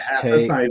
take